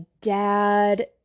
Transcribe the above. dad